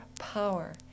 power